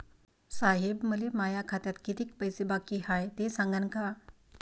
साहेब, मले माया खात्यात कितीक पैसे बाकी हाय, ते सांगान का?